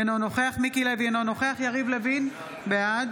אינו נוכח מיקי לוי, אינו נוכח יריב לוין, בעד